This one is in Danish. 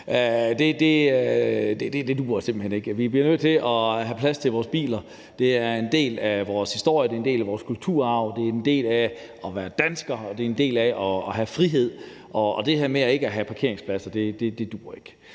Det duer simpelt hen ikke. Vi bliver nødt til at have plads til vores biler. Det er en del af vores historie, det er en del af vores kulturarv, det er en del af at være dansker, og det er en del af at have frihed. Det her med ikke at have parkeringspladser duer ikke.